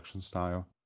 style